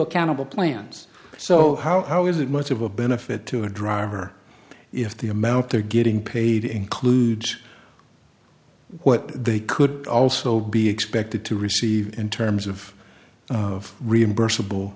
accountable plans so how is it much of a benefit to a driver if the amount they're getting paid includes what they could also be expected to receive in terms of the reimburs